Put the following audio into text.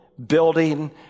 Building